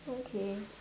okay